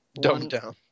Dumbed-down